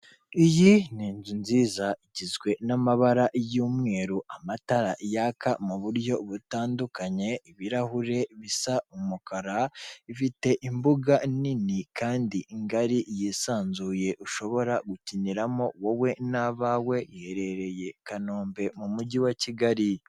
Iyi ni inzu nziza, igizwe n'amabara y'umweru, amatara yaka mu buryo butandukanye, ibirahure bisa umukara, ifite imbuga nini kandi ingari, yisanzuye, ushobora gukiniramo wowe n'abawe, iherereye Kanombe, mu mujyi wa Kigali.